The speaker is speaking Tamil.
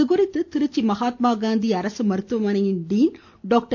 இதுகுறித்து திருச்சி மகாத்மா காந்தி அரசு மருத்துவமனையின் டின் டாக்டர்